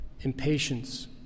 impatience